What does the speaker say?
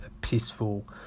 peaceful